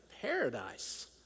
paradise